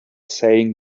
saying